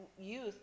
youth